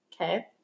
Okay